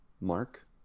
Mark